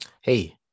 Hey